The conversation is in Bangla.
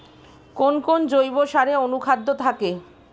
কোন কোন জৈব সারে অনুখাদ্য থাকে?